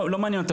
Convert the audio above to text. לא מעניין אותן.